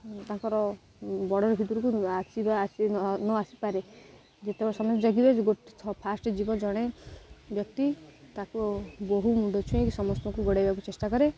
ତାଙ୍କର ବୋର୍ଡର୍ରେ ଭିତରକୁ ଆସି ନ ଆସିପାରେ ଯେତେବେଳେ ସମସ୍ତେ ଜଗିବେ ଗୋଟେ ଫାର୍ଷ୍ଟ୍ ଯିବ ଜଣେ ବ୍ୟକ୍ତି ତା'କୁ ବହୁ ମୁଣ୍ଡ ଛୁଇଁକି ସମସ୍ତଙ୍କୁ ଗୋଡ଼େଇବାକୁ ଚେଷ୍ଟା କରେ